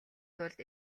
тулд